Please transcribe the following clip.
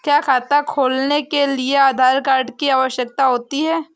क्या खाता खोलने के लिए आधार कार्ड की आवश्यकता होती है?